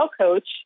coach